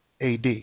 AD